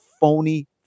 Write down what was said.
phony